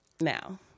now